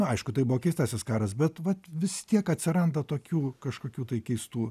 nu aišku tai buvo keistasis karas bet vat vis tiek atsiranda tokių kažkokių tai keistų